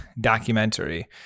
documentary